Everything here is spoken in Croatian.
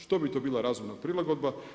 Što bi to bila razumna prilagodba?